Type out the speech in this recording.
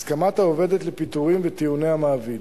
הסכמת העובדת לפיטורים וטיעוני המעביד,